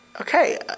okay